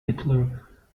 hitler